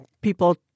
people